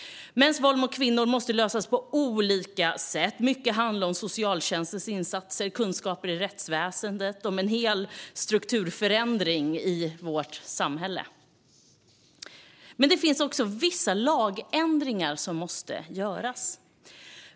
Mäns våld mot kvinnor måste lösas på olika sätt. Mycket handlar om socialtjänstens insatser, kunskap i rättsväsendet och en hel strukturförändring i vårt samhälle. Men det finns också vissa lagändringar som måste göras.